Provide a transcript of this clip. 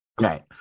right